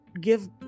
give